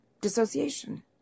dissociation